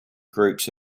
groups